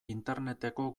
interneteko